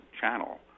channel